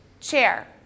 chair